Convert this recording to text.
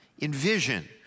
Envision